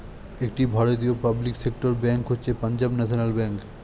একটি ভারতীয় public sector bank হচ্ছে পাঞ্জাব ন্যাশনাল ব্যাঙ্ক